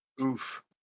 Oof